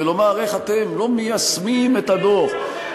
ולומר: איך אתם לא מיישמים את הדוח?